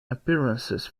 appearances